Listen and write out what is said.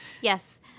Yes